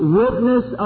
witness